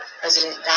president